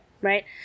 Right